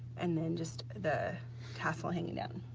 and then just the tassel hanging down.